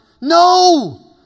no